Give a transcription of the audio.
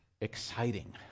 exciting